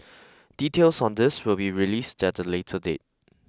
details on this will be released at a later date